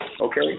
okay